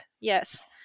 Yes